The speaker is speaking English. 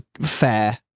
fair